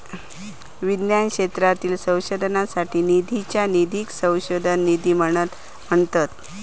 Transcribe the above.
विज्ञान क्षेत्रातील संशोधनासाठी निधीच्या निधीक संशोधन निधी म्हणतत